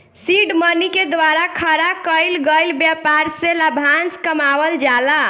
seed money के द्वारा खड़ा कईल गईल ब्यपार से लाभांस कमावल जाला